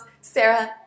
Sarah